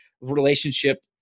relationship